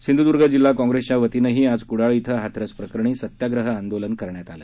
सिंधूदूर्ग जिल्हा काँग्रेसच्या वतीनंही आज कुडाळ इथं हाथरस प्रकरणी सत्याग्रह आंदोलन करण्यात आलं